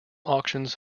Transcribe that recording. auctions